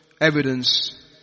evidence